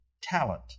Talent